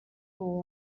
uyu